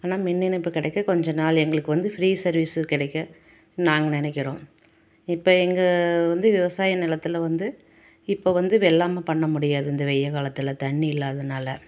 ஆனால் மின் இணைப்பு கிடைக்க கொஞ்ச நாள் எங்களுக்கு வந்து ஃப்ரீ சர்வீஸு கிடைக்கும் நாங்கள் நினைக்குறோம் இப்போ எங்கள் வந்து விவசாய நிலத்துல வந்து இப்போ வந்து வெள்ளாம பண்ணமுடியாது இந்த வெய்ய காலத்தில் தண்ணி இல்லாதனால